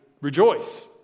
rejoice